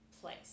place